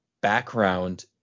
background